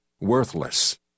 worthless